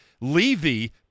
Levy